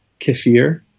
kefir